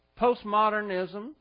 postmodernism